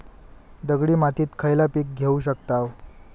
दगडी मातीत खयला पीक घेव शकताव?